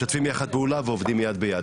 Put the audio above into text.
משתפים יחד פעולה ועובדים יד ביד,